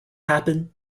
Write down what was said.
happen